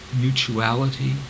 mutuality